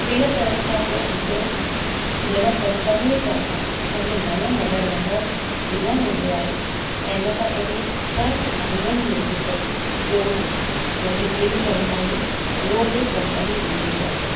click करण खां पोइ हिकिड़ो जॾहिं कंपनीअ तर्फ़ां असांखे नओं मोबाइल नंबर ॾिनो वेंदो आहे त इन खां पहिरीं छह अंगनि जो हिकु कोड जंहिंखे पिन चवंदा आहिनि उहो बि कंपनी ॾींदी आहे